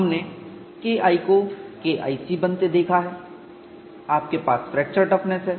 हमने KI को KIC बनते देखा है आपके पास फ्रैक्चर टफनेस है